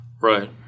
Right